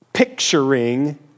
picturing